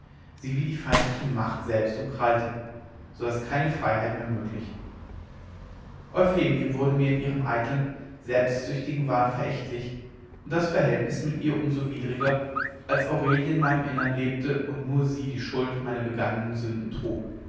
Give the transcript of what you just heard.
sie wie die feindliche macht selbst umkrallte so daß keine freiheit mehr möglich euphemie wurde mir in ihrem eitlen selbstsüchtigen wahn verächtlich und das verhältnis mit ihr um so widriger als aurelie in meinem innern lebte und nur sie die schuld meiner begangenen sünden trug